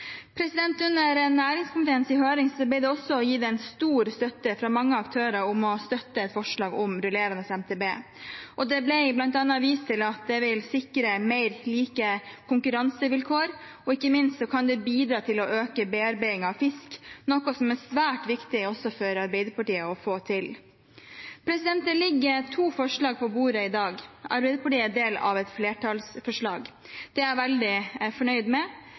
Under næringskomiteens høring ble det også gitt stor støtte fra mange aktører til et forslag om rullerende MTB. Det ble bl.a. vist til at det vil sikre likere konkurransevilkår, og ikke minst kan det bidra til å øke bearbeidingen av fisk, noe som er svært viktig å få til også for Arbeiderpartiet. Det ligger to forslag på bordet i dag. Arbeiderpartiet er en del av et flertallsforslag – det er jeg veldig fornøyd med